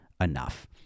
enough